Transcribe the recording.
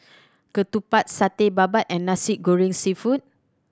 ketupat Satay Babat and Nasi Goreng Seafood